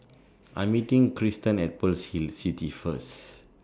I Am meeting Cristen At Pearl's Hill City First